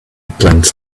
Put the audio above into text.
plans